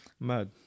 Mad